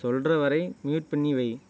சொல்கிற வரை மியூட் பண்ணி வை